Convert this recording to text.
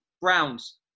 Browns